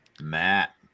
Matt